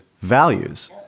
values